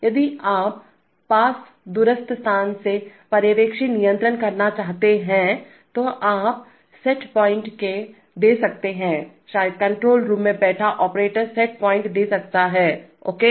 यदि आप पास दूरस्थ स्थान से पर्यवेक्षी नियंत्रणकरना चाहते है है तो आप सेट पॉइंट दे सकते हैं शायद कंट्रोल रूम में बैठा ऑपरेटर सेट पॉइंट्स दे सकता हैओके